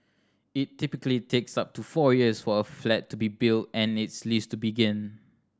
it typically takes up to four years for a flat to be built and its lease to begin